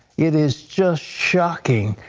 it is just shocking.